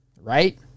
Right